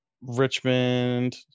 Richmond